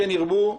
כן ירבו.